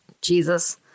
jesus